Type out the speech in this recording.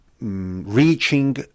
reaching